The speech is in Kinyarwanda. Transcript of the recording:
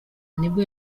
nibwo